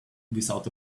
without